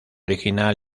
original